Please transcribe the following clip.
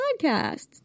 podcasts